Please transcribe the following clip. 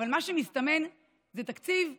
אבל מה שמסתמן זה תקציב גרוע,